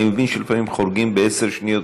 אני מבין שלפעמים חורגים בעשר שניות,